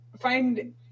find